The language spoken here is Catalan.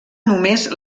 només